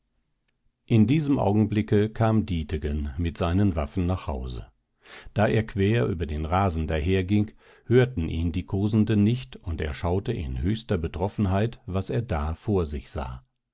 in diesem augenblicke kam dietegen mit seinen waffen nach hause da er quer über den rasen daherging hörten ihn die kosenden nicht und er schaute in höchster betroffenheit was er da vor sich sah